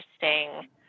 interesting